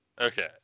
okay